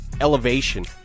elevation